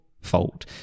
fault